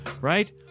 Right